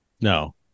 no